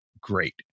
great